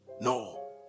No